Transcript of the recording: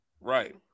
right